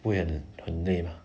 不会很很累 mah